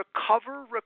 Recover